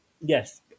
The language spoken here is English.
Yes